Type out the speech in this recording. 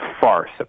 farce